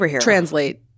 translate